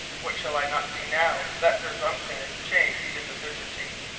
what shall i not do now that presumption is changed into certainty?